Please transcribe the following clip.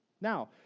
Now